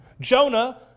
Jonah